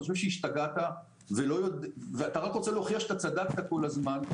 אתה חושב שהשתגעת ואתה רק רוצה להוכיח כל הזמן שאתה צדקת,